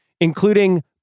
including